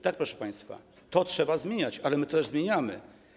Tak, proszę państwa, to trzeba zmieniać, ale my to też zmieniamy.